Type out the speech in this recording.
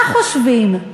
מה חושבים?